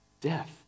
death